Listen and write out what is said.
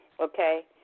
okay